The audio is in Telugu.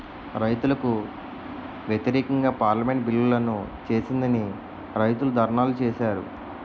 రైతులకు వ్యతిరేకంగా పార్లమెంటు బిల్లులను చేసిందని రైతులు ధర్నాలు చేశారు